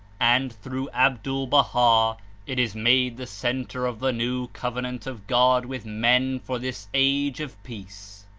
and through abdul-baha' it is made the center of the new covenant of god with men for this age of peace,